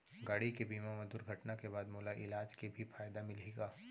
गाड़ी के बीमा मा दुर्घटना के बाद मोला इलाज के भी फायदा मिलही का?